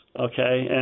okay